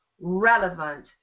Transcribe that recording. relevant